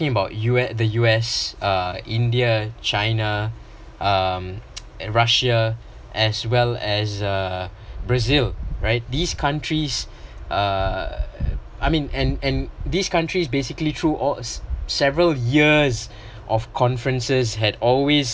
about U_S the U_S uh india china um and russia as well as uh brazil right these countries uh I mean and and these countries basically through all several years of conferences had always